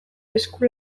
esku